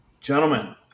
Gentlemen